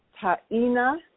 Taina